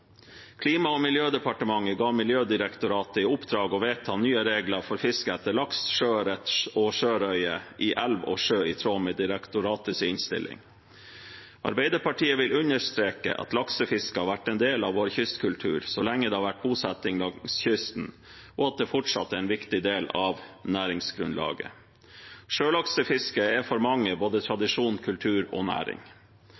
Klima- og miljødepartementet ga Miljødirektoratet i oppdrag å vedta nye regler for fiske etter laks, sjøørret og sjørøye i elv og sjø i tråd med direktoratets innstilling. Arbeiderpartiet vil understreke at laksefiske har vært en del av vår kystkultur så lenge det har vært bosetting langs kysten, og at det fortsatt er en viktig del av næringsgrunnlaget. Sjølaksefisket er for mange både